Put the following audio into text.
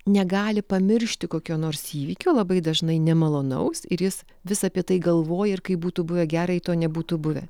negali pamiršti kokio nors įvykio labai dažnai nemalonaus ir jis vis apie tai galvoja ir kaip būtų buvę gera jei to nebūtų buvę